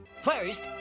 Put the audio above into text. First